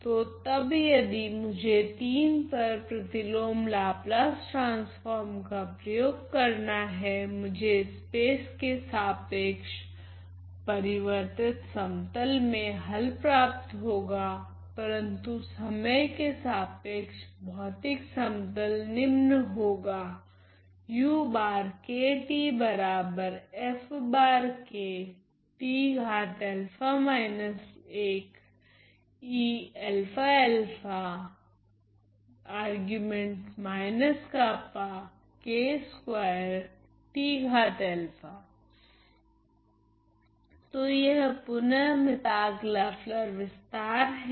तो तब यदि मुझे III पर प्रतिलोम लाप्लास ट्रांसफोर्म का प्रयोग करना है मुझे स्पेस के सापेक्ष परिवर्तित समतल में हल प्राप्त होगा परंतु समय के सापेक्ष भौतिक समतल निम्न होगा तो यह पुनः मीताग लेफ्लर विस्तार हैं